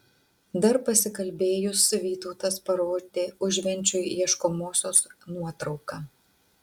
dar pasikalbėjus vytautas parodė užvenčiui ieškomosios nuotrauką